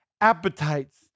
appetites